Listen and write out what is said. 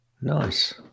Nice